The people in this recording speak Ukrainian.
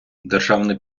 державний